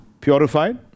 purified